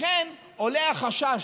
לכן עולה החשש,